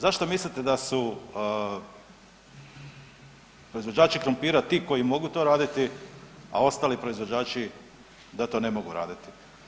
Zašto mislite da su proizvođači krumpira ti koji mogu to raditi, a ostali proizvođači da to ne mogu raditi?